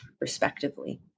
respectively